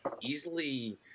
easily –